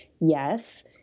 Yes